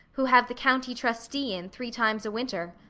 who have the county trustee in three times a winter.